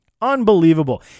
unbelievable